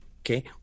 Okay